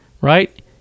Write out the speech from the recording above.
right